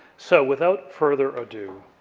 so without further ado,